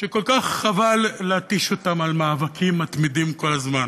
שכל כך חבל להתיש אותם על מאבקים מתמידים כל הזמן.